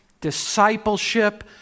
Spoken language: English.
discipleship